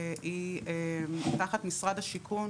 היא תחת משרד השיכון,